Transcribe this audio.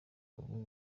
ubu